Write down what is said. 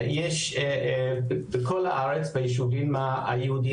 זה שיש בכל הארץ ביישובים היהודיים,